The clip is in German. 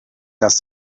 das